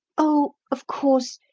oh, of course,